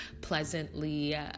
pleasantly